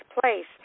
place